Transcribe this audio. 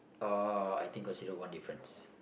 uh I think considered one difference